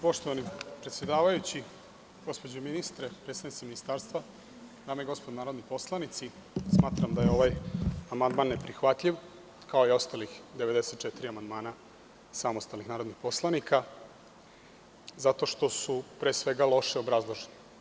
Poštovani predsedavajući, gospođo ministre, predstavnici ministarstva, dame i gospodo narodni poslanici, smatram da je ovaj amandman neprihvatljiv, kao i ostalih 94 amandmana samostalnih narodnih poslanika, zato što su pre svega loše obrazloženi.